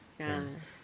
ah